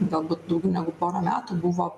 galbūt daugiau negu porą metų buvo